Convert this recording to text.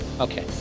Okay